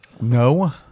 no